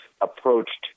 approached